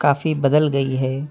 کافی بدل گئی ہے